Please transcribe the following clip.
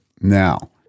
Now